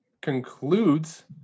concludes